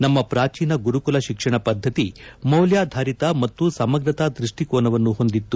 ನಮ್ಮ ಪ್ರಾಚೀನ ಗುರುಕುಲ ಶಿಕ್ಷಣ ಪದ್ಧತಿ ಮೌಲ್ಯಾಧಾರಿತ ಮತ್ತು ಸಮಗ್ರತಾ ದೃಷ್ಟಿಕೋನವನ್ನು ಹೊಂದಿತ್ತು